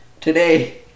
today